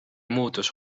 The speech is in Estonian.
muutus